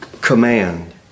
command